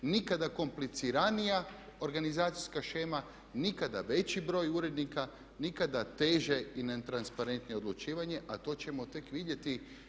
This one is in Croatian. Nikada kompliciranija organizacijska shema, nikada veći broj urednika, nikada teže i netransparentnije odlučivanje, a to ćemo tek vidjeti.